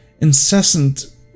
incessant